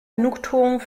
genugtuung